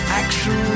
action